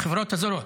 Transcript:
לחברות הזרות.